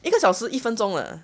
一个小时一分钟了